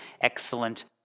excellent